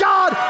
God